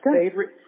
favorite